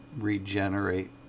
regenerate